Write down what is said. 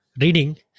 reading